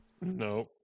No